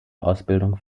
ausbildung